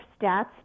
stats